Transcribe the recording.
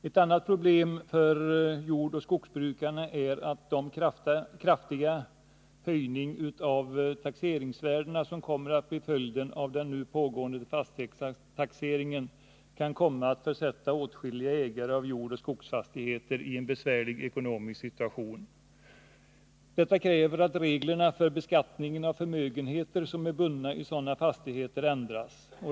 Ett annat problem för jordoch skogsbrukarna är att de kraftigt höjda taxeringsvärden som kommer att bli följden av den nu pågående fastighetstaxeringen kan komma att försätta åtskilliga ägare av jordoch skogsfastigheter i en besvärlig ekonomisk situation. Detta kräver att reglerna för beskattningen av förmögenheter som är bundna i sådana fastigheter ändras.